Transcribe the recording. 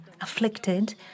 afflicted